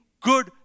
good